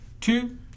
two